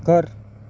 कर